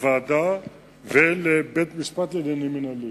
לוועדה ולבית-משפט לעניינים מינהליים.